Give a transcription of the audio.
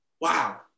wow